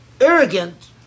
arrogant